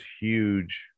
huge